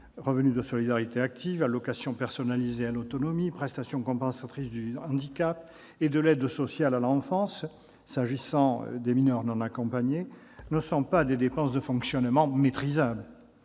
revenu de solidarité active, l'allocation personnalisée d'autonomie, la prestation de compensation du handicap et l'aide sociale à l'enfance pour les mineurs non accompagnés -, ne sont pas des dépenses de fonctionnement dont